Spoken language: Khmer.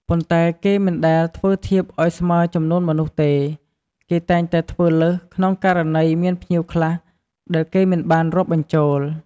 ប៉ុន្តែ គេមិនដែលធ្វើធៀបឱ្យស្មើចំនួនមនុស្សទេ គេតែងតែធ្វើលើសក្នុងករណី មានភ្ញៀវខ្លះដែលគេមិនបានរាប់បញ្ចូល។